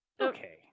Okay